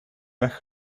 weg